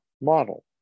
model